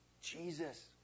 Jesus